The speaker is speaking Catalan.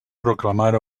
proclamar